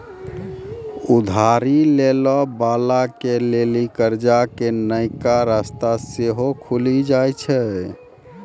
उधारी लै बाला के लेली कर्जा के नयका रस्ता सेहो खुलि जाय छै